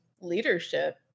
leadership